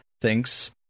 thinks